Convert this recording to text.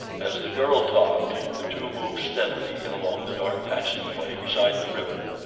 as the girl talked, the two moved steadily along the dark passageway beside the river.